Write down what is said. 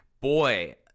boy